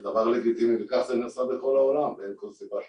זה דבר לגיטימי וכך זה נעשה בכל העולם ואין כל סיבה שלא.